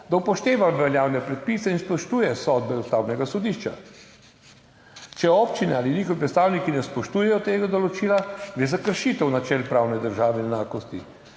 da upošteva veljavne predpise in spoštuje sodbe Ustavnega sodišča. Če občine ali njihovi predstavniki ne spoštujejo tega določila, gre za kršitev načel pravne države in enakosti.